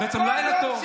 כל יום סיפור אחר.